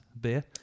beer